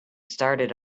started